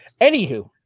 Anywho